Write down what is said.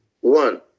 One